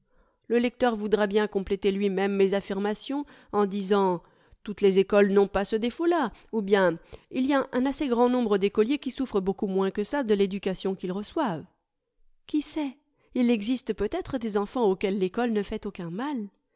le lecteur voudra bien compléter lui-même mes affirmations en disant toutes les écoles n'ont pas ce défaut la ou bien il y a un assez grand nombre d'écoliers qui souffrent beaucoup moins que ça de l'éducation qu'il reçoivent oui sait il existe peut-être des enfants auxquels l'ecole ne fait aucun mal